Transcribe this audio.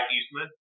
Eastman